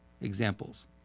examples